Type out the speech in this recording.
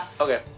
Okay